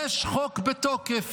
יש חוק בתוקף: